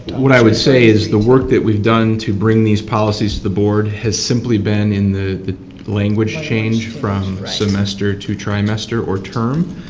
what i would say is the work that we've done to bring these policy to the board has simply been in the language change from semester to trimester or term.